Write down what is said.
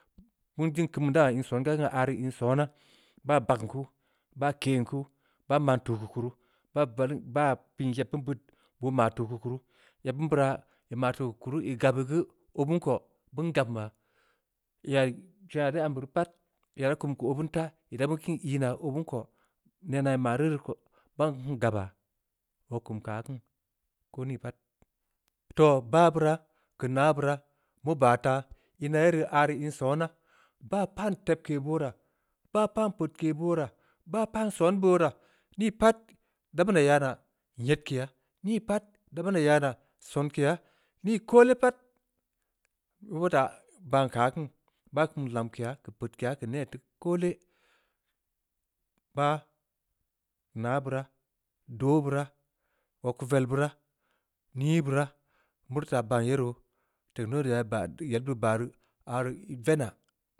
Beun teum keun beu in songaa geu aah rii sonaa, baa bagn kuu, baa ken kuu, baa man tuu keu kuru, baa vallin, baa pii yeb beun beud boo maa tuu keu kuru, yeb beun beuraa ii maa tuu keu kuru ii gab ya geu, obeun ko beun gabm yaa. iyai, zongha ii em beuri geu pad, ya ii da kum keu obeun taa, ii da beun ii naa, obeun ko, nenaa ii maa reu rii ko, baan keun gabaa, oo kum keu aah kin, ko nii pat, toh! Baa beuraa. keu nah beuraa. meu baa taa, ina ye rii, aah rii, in sona, baa pan tebke beu wora, baa pan peudke beu wora, baa pan son beu wora, nii pat, da beun yaa naa nyedkeya, nii pat da ya naa sonkeya, nii koole ppat, beu teui taa baan keu aah rii kini, baa kum lamkeya, keu peudkeya, keu neh taa koole, bah, nah beura, doh beura, odkuvel beuraa, nii beuraa. meurii taa baan ye roo, technology ya yel beurii baa rii, aah rii venaa